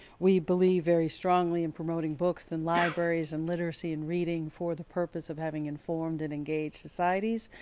we believe very strongly in promoting books and libraries and literacy and reading for the purpose of having informed and engaged societies,